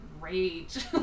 rage